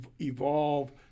evolve